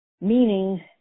meaning